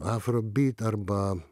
afrobeat arba